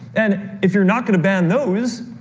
and if you're not going to ban those,